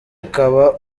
ukaba